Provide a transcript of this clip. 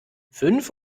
fünf